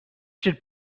should